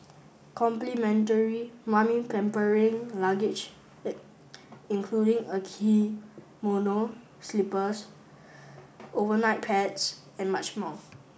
complimentary 'mummy pampering luggage' in including a kimono slippers overnight pads and much more